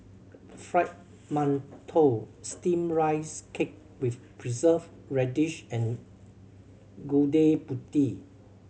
Fried Mantou Steamed Rice Cake with Preserved Radish and Gudeg Putih